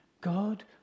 God